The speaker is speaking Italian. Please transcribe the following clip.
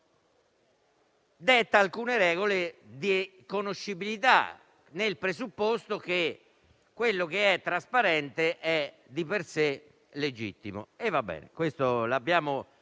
detta alcune regole di conoscibilità, nel presupposto che quello che è trasparente è di per sé legittimo.